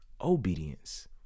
obedience